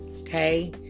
Okay